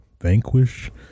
Vanquish